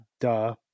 Duh